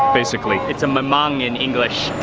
basically. it's a mamong in english,